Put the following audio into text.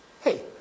hey